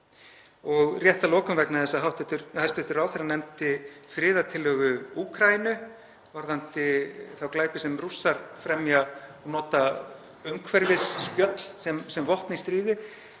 Rétt að lokum, vegna þess að hæstv. ráðherra nefndi friðartillögu Úkraínu varðandi þá glæpi sem Rússar fremja, nota umhverfisspjöll sem vopn í stríði,